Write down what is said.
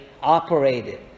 operated